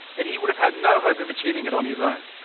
that he would have had no hope of achieving it on his own.